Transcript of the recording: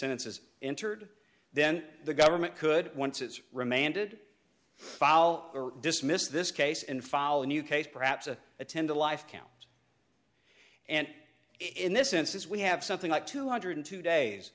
sentence is entered then the government could once it's remanded fall or dismiss this case and follow a new case perhaps a attend a life count and in this instance we have something like two hundred and two days